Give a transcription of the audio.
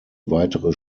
weitere